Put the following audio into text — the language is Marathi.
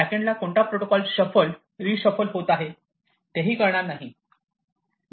बॅकेंड ला कोणता प्रोटोकॉल शफल रीशफल होत आहे ते कळणार नाही